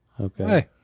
Okay